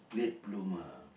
late bloomer